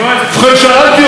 ובכן, שאלתי אותו,